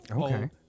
Okay